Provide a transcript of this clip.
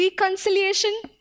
reconciliation